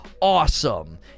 Awesome